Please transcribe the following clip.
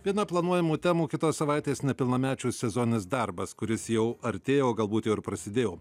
viena planuojamų temų kitos savaitės nepilnamečių sezoninis darbas kuris jau artėja o galbūt jau ir prasidėjo